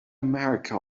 america